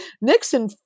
Nixon